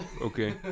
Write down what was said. Okay